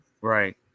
Right